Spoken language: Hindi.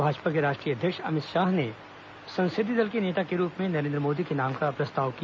भाजपा के राष्ट्रीय अध्यक्ष अमित शाह ने भाजपा संसदीय दल के नेता के रूप में नरेन्द्र मोदी के नाम का प्रस्ताव किया